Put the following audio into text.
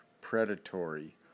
predatory